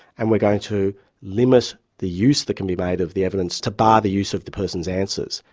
and we're going to limit the use that can be made of the evidence to bar the use of the person's answers.